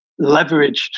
leveraged